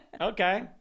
Okay